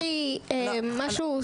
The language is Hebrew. מאי נכון.